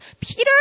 peter